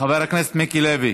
חבר הכנסת מיקי לוי,